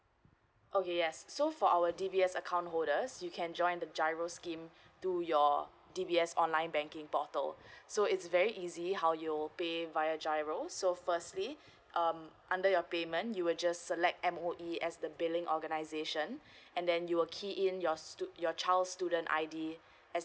okay yes so for our D_B_S account holders you can join the giro scheme to your D_B_S online banking portal so it's very easy how you will pay via giro so firstly um under your payment you were just select M_O_E as the billing organisation and then you will key in your stud~ your child student I_D as